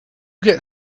get